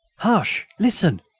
hush! listen!